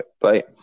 Bye